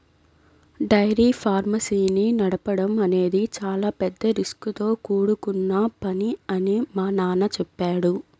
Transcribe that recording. dairy farms ని నడపడం అనేది చాలా పెద్ద రిస్కుతో కూడుకొన్న పని అని మా నాన్న చెప్పాడు